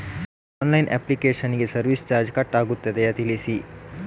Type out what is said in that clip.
Online application ಗೆ service charge cut ಆಗುತ್ತದೆಯಾ ತಿಳಿಸಿ?